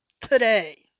today